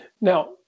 Now